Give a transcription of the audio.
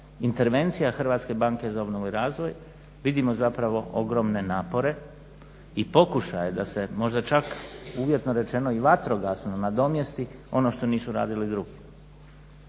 intervencija HBOR-a vidimo zapravo ogromne napore i pokušaje da se možda čak uvjetno rečeno i vatrogasno nadomjesti ono što nisu radili drugi.